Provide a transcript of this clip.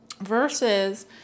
versus